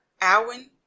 alwyn